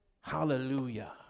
hallelujah